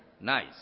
Nice